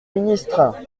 ministre